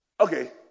okay